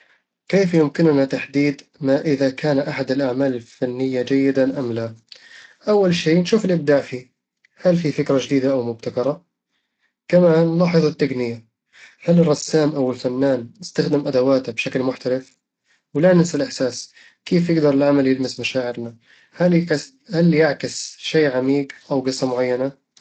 كيف يمكننا تحديد ما إذا كان أحد الأعمال الفنية جيدًا أم لا؟ أول شيء نشوف الإبداع فيه، هل فيه فكرة جديدة أو مبتكرة؟ كمان نلاحظ التقنية، هل الرسام أو الفنان استخدم أدواته بشكل محترف؟ ولا ننسى الإحساس، كيف يقدر العمل يلمس مشاعرنا، هل يك -هل يعكس شيء عميق أو قصة معينة؟